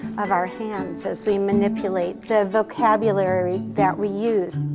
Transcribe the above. of our hands as we manipulate the vocabulary that we use.